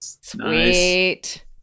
Sweet